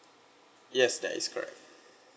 yes that is correct